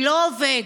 לא עובד.